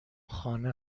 خانه